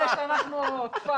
אני